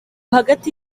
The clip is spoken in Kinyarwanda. hagati